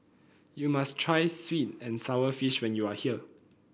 you must try sweet and sour fish when you are here